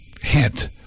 hint